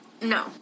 No